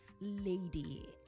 lady